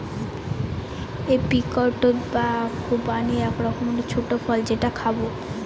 apricot বা খুবানি এক রকমের ছোট্ট ফল যেটা খাবো